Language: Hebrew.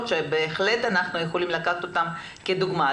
שבהחלט אנחנו יכולים לקחת אותם כדוגמה.